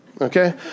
okay